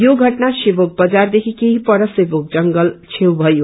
यो घटना सेभोक बजार देखि केही पर सेभोक जंगल छेउ भयो